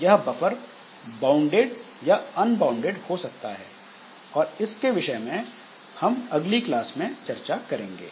यह buffer bounded या unbounded हो सकता है और इसके विषय में हम अगली क्लास में चर्चा करेंगे